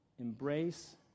Embrace